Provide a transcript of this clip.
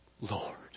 Lord